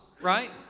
right